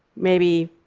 maybe,